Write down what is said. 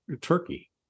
Turkey